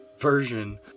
version